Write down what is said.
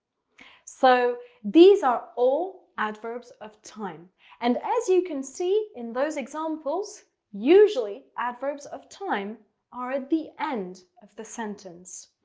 so these are all adverbs of time and as you can see in those examples, usually adverbs of time are at the end of the sentence.